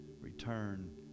return